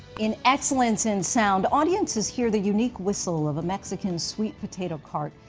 in excellence in sound, audiences hear the unique whistle of a mexican sweet potato cart,